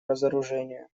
разоружению